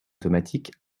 automatique